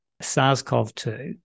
SARS-CoV-2